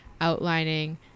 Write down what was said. outlining